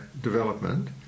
development